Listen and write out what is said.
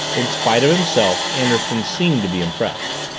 in spite of himself anderson seemed to be impressed.